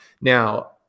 Now